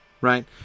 right